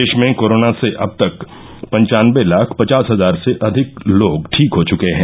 देश में कोरोना से अब तक पंचानबे लाख पचास हजार से अधिक लोग ठीक हो चुके हैं